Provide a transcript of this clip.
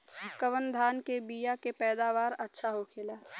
कवन धान के बीया के पैदावार अच्छा होखेला?